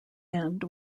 end